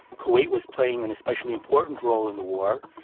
kuwait was playing an especially important role in the war.